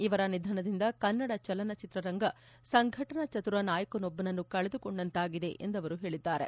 ಇವರ ನಿಧನದಿಂದ ಕನ್ನಡ ಚಲನಚಿತ್ರರಂಗ ಸಂಘಟನಾ ಚತುರ ನಾಯಕನೊಬ್ಬನನ್ನು ಕಳೆದುಕೊಂಡಂತಾಗಿದೆ ಎಂದು ಅವರು ಹೇಳಿದ್ದಾರೆ